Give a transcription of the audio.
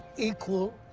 equal.